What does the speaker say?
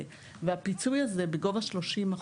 והפיצוי הזה בגובה 30%,